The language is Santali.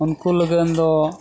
ᱩᱱᱠᱩ ᱞᱟᱹᱜᱤᱫ ᱫᱚ